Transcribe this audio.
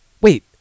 wait